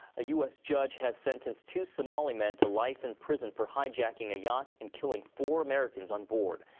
a u s. judge has sentenced two somali men to life in prison for hijacking a yacht and killing four americans on board.